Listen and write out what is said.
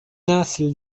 نسل